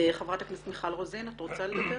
חברת הכנסת מיכל רוזין, את רוצה לדבר?